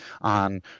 on